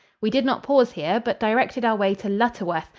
we did not pause here, but directed our way to lutterworth,